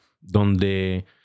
donde